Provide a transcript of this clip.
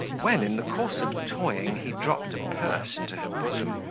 when in the course of toying he dropped a purse into her bosom,